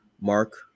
Mark